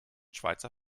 schweizer